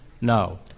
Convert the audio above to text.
No